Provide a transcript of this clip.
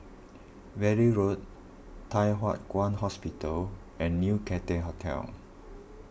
Valley Road Thye Hua Kwan Hospital and New Cathay Hotel